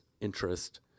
interest